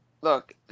Look